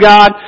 God